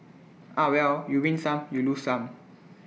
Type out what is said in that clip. ah well you win some you lose some